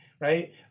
right